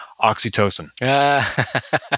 oxytocin